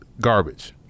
garbage